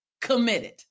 committed